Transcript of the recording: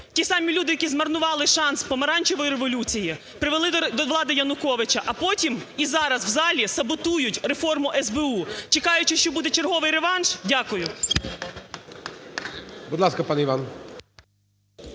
ті самі люди, які змарнували шанс Помаранчевої революції, привели до влади Януковича, а потім і зараз в залі саботують реформу СБУ, чекаючи, що буде черговий реванш? Дякую. ГОЛОВУЮЧИЙ. Будь ласка, пане Іване.